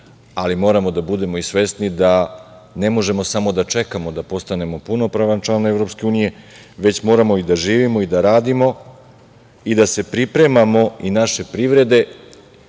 ali moramo da budemo i svesni da ne možemo samo da čekamo da postanemo punopravan član Evropske unije, već moramo i da živimo i da radimo i da se pripremamo i naše privrede